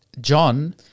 John